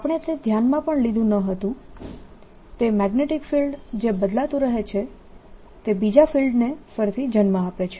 આપણે તે ધ્યાનમાં પણ લીધું ન હતું તે મેગ્નેટીક ફિલ્ડ જે બદલાતું રહે છે તે બીજા ફિલ્ડને ફરીથી જન્મ આપે છે